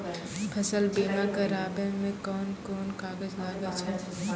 फसल बीमा कराबै मे कौन कोन कागज लागै छै?